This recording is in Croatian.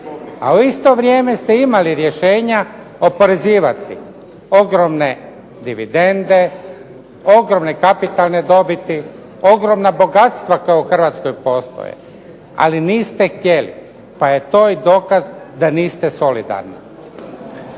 a u isto vrijeme ste imali rješenja oporezivati ogromne dividende, ogromne kapitalne dobiti, ogromna bogatstva koja u Hrvatskoj postoje ali niste htjeli, pa je to i dokaz da niste solidarni.